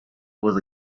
was